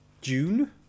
june